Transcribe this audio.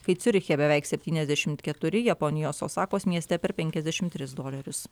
kai ciuriche beveik septyniasdešimt keturi japonijos osakos mieste per penkiasdešimt tris dolerius